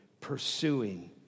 pursuing